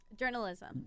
Journalism